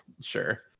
sure